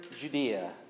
Judea